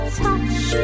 touch